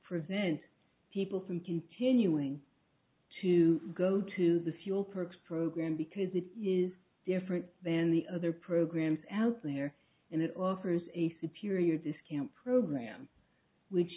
prevent people from continuing to go to the fuel perks program because it is different than the other programs out there and it offers a superior this can program which